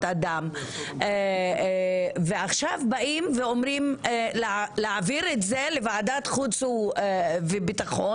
אדם ועכשיו באים ואומרים להעביר את זה לוועדת חוץ וביטחון.